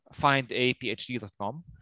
findaphd.com